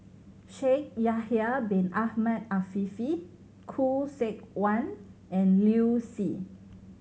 Shaikh Yahya Bin Ahmed Afifi Khoo Seok Wan and Liu Si